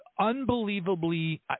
unbelievably